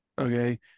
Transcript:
Okay